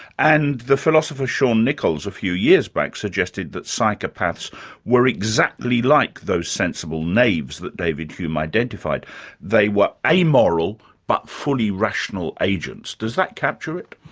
and the philosopher shaun nichols a few years back suggested that psychopaths were exactly like those sensible knaves that david hume identified they were amoral but fully rational agents. does that capture it?